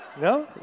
No